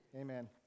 Amen